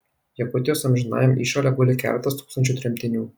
jakutijos amžinajam įšale guli keletas tūkstančių tremtinių